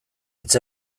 hitz